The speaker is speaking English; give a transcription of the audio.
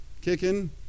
kicking